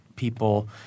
people –